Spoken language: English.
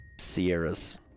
Sierras